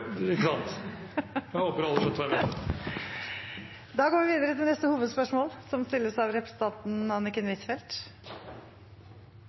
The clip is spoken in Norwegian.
sant? Jeg håper alle skjønte hva jeg mente. Da går vi videre til neste hovedspørsmål.